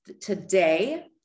today